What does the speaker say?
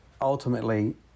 ultimately